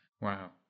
Wow